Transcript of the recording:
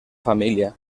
família